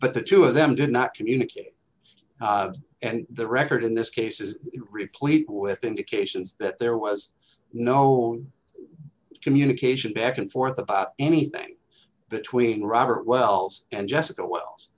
but the two of them did not communicate and the record in this case is replete with indications that there was no communication back and forth about anything between robert wells and jessica wells